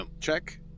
check